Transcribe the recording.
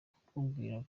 kukubwira